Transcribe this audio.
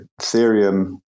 Ethereum